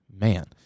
man